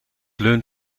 leun